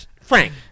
Frank